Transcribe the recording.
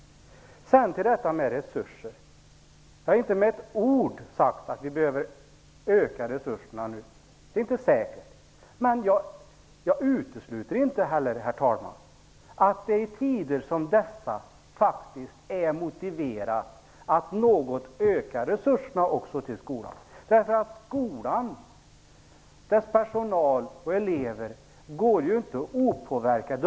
Så till detta med resurser. Jag har inte med ett ord sagt att vi behöver öka resurserna nu. Det är inte säkert. Men jag utesluter inte heller, herr talman, att det i tider som dessa faktiskt kan vara motiverat att något öka resurserna också till skolan. Skolan, dess personal och elever, är inte opåverkade.